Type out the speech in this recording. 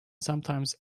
sometimes